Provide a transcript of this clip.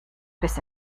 bis